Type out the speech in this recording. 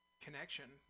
connection